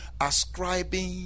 ascribing